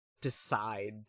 decide